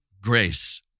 grace